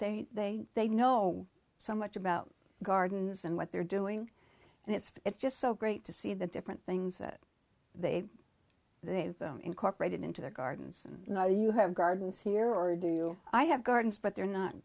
they they they know so much about gardens and what they're doing and it's just so great to see the different things that they they've incorporated into their gardens you have gardens here or do i have gardens but they're not